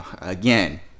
Again